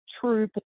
true